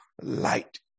light